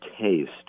taste